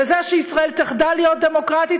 לזה שישראל תחדל להיות דמוקרטית,